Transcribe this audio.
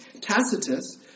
Tacitus